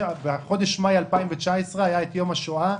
בחודש מאי 2019 היו יום השואה,